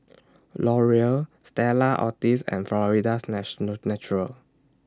Laurier Stella Artois and Florida's National Natural